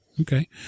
Okay